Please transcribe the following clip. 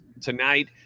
tonight